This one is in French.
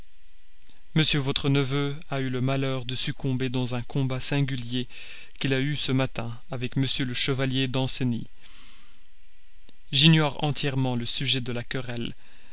m votre neveu a eu le malheur de succomber dans un combat singulier qu'il a eu ce matin avec m le chevalier danceny j'ignore entièrement le sujet de la querelle